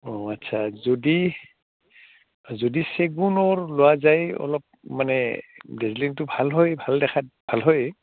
অঁ আচ্ছা যদি যদি চেগুনৰ লোৱা যায় অলপ মানে ডেজিলিংটো ভাল হয় ভাল দেখাত ভাল হয়